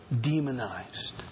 demonized